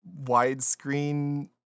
widescreen